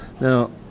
Now